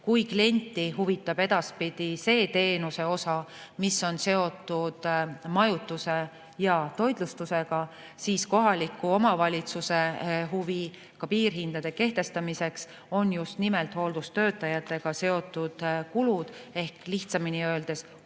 Kui klienti huvitab edaspidi see teenuse osa, mis on seotud majutuse ja toitlustusega, siis kohaliku omavalitsuse huvi ka piirhindade kehtestamiseks on just nimelt hooldustöötajatega seotud kulud ehk lihtsamini öeldes –